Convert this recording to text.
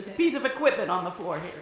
piece of equipment on the floor